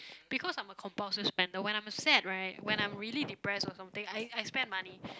because I'm a compulsive spender when I'm sad right when I'm really depressed or something I I spend money